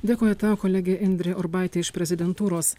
dėkoju tau kolegė indrė urbaitė iš prezidentūros